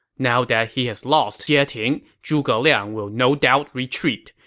now that he has lost jieting, zhuge liang will no doubt retreat.